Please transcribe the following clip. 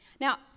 Now